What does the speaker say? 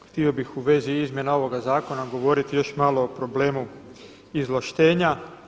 Htio bih u vezi izmjena ovoga zakona govoriti još malo o problemu izvlaštenja.